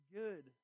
good